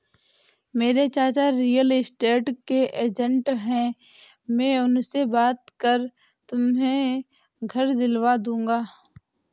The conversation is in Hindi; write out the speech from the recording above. मेरे चाचाजी रियल स्टेट के एजेंट है मैं उनसे बात कर तुम्हें घर दिलवा दूंगा